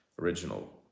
original